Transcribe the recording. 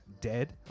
dead